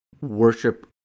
worship